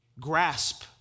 grasp